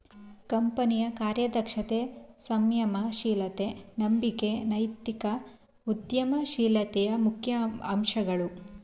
ಕಂಪನಿಯ ಕಾರ್ಯದಕ್ಷತೆ, ಸಂಯಮ ಶೀಲತೆ, ನಂಬಿಕೆ ನೈತಿಕ ಉದ್ಯಮ ಶೀಲತೆಯ ಮುಖ್ಯ ಅಂಶಗಳು